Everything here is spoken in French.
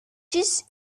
six